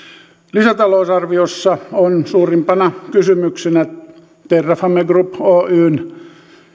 lisätalousarviossa on suurimpana kysymyksenä terrafame group oyn